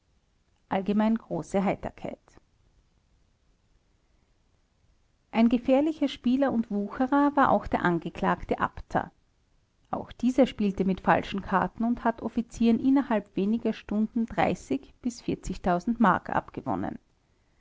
ein gefährlicher spieler und wucherer war auch der angeklagte abter auch dieser spielte mit falschen karten und hat offizieren innerhalb weniger stunden